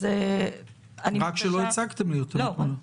אז, אני --- רק שלא הצגתם לי אותו אתמול.